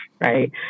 right